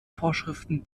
vorschriften